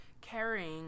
carrying